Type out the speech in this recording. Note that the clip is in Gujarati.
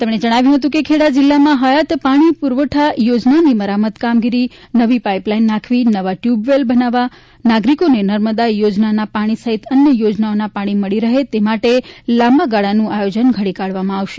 તેમણે જણાવ્યું હતું કે ખેડા જિલ્લાએમાં હયાત પાણી પુરવઠા યોજનાની મરામત કામગીરી નવી પાઇપલાઇન નાખવી નવા ટયુબવેલ બનાવવા નાગરિકોને નર્મદા યોજનાના પાણી સહિત અન્ય યોજનાઓમાં પાણી મળી રહે તે માટે લાંબાગાળાનું આયોજન ઘડી કાઢવામાં આવશે